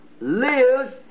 lives